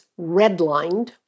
redlined